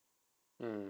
mm